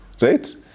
right